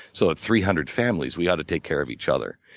so at three hundred families, we've to take care of each other.